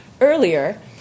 earlier